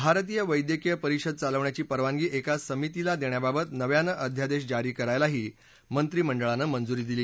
भारतीय वैद्यकीय परिषद चालवण्याची परवानगी एका समितीला देण्याबाबत नव्यानं आध्यादेश जारी करायलाही मंत्रिमंडळानं मंजुरी दिली